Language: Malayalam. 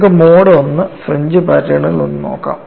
നമുക്ക് മോഡ് I ഫ്രിഞ്ച് പാറ്റേണുകൾ ഒന്ന് നോക്കാം